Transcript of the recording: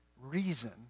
reason